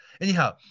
Anyhow